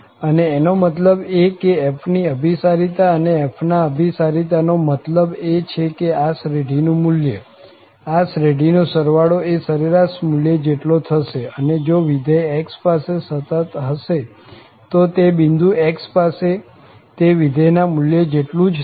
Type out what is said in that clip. અને એનો મતલબ એ કે f ની અભીસારિતા અને f ના અભીસારિતા નો મતલબ એ છે કે આ શ્રેઢીનું મુલ્ય આ શ્રેઢીનો સરવાળો એ સરેરાશ મુલ્ય જેટલો થશે અને જો વિધેય x પાસે સતત હશે તો તે બિંદુ x પાસે તે વિધેયના મુલ્ય જેટલું જ થશે